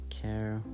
care